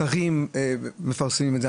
השרים מפרסמים את זה,